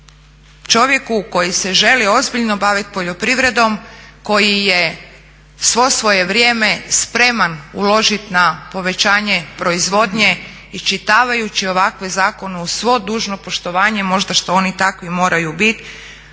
čovjeku koji se želi ozbiljno bavit poljoprivredom, koji je svo svoje vrijeme spreman uložit na povećanje proizvodnje iščitavajući ovakve zakone uz svo dužno poštovanje, možda što oni takvi moraju biti,